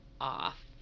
off